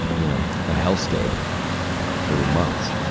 you know, a hell scape for months.